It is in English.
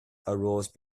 arose